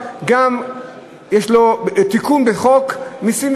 אלא יש לו גם תיקון בחוק המסים,